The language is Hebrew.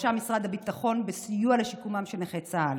ובראשם משרד הביטחון, בסיוע לשיקומם של נכי צה"ל.